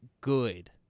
good